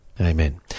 Amen